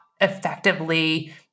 effectively